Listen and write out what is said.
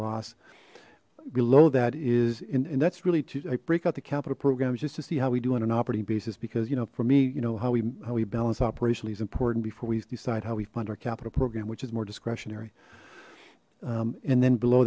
loss below that is in and that's really i break out the capital programs just to see how we do on an operating basis because you know for me you know how we how we balance operationally is important before we decide how we fund our capital program which is more discretionary and then below